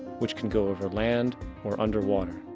which can go over land or under water.